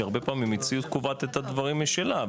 שהרבה פעמים החברה קובעת את הדברים משלה,